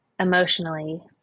Emotionally